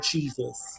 Jesus